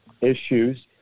issues